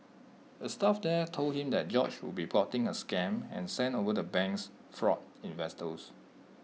A staff there told him that George would be plotting A scam and sent over the bank's fraud investigators